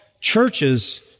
churches